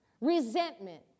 resentment